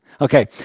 Okay